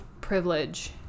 privilege